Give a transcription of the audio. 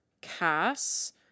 Cass